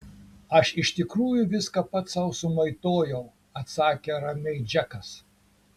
aš iš tikrųjų viską pats sau sumaitojau atsakė ramiai džekas